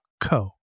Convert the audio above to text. co